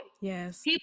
Yes